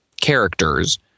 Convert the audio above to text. characters